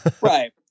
Right